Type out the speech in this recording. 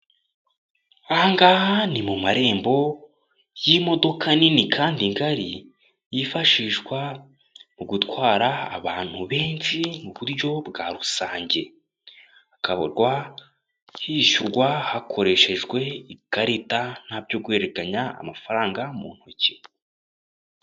Aha ngaha ni mu marembo y'imodoka nini kandi ngari, yifashishwa mu gutwara abantu benshi mu buryo bwa rusange. Akaba hishyurwa hakoreshejwe ikarita ntabyo guhererekanya amafaranga mu ntoki.